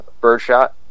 birdshot